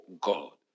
God